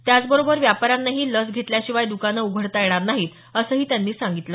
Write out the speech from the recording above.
त्याचबरोबर व्यापाऱ्यांनाही लस घेतल्याशिवाय दुकानं उघडता येणार नाहीत असंही त्यांनी सांगितलं